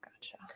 gotcha